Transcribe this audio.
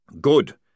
Good